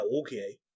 okay